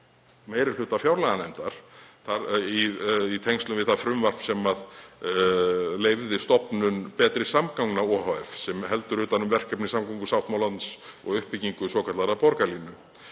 meiri hluta fjárlaganefndar í tengslum við það frumvarp sem leyfði stofnun Betri samgangna ohf., sem heldur utan um verkefni, samgöngusáttmálans og uppbyggingu svokallaðrar borgarlínu.